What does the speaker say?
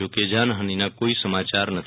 જો કે જાનહાનીના કોઈ સામયાર નથી